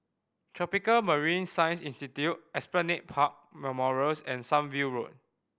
Tropical Marine Science Institute Esplanade Park Memorials and Sunview Road